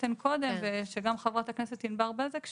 שהעליתן קודם, גם חברת הכנסת ענבר בזק שאלה.